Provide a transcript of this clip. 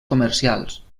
comercials